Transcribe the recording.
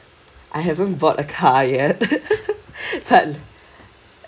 I haven't bought a car yet